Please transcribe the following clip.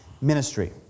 ministry